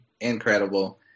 incredible